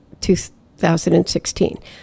2016